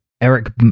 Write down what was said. Eric